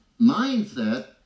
mindset